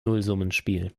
nullsummenspiel